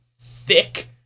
thick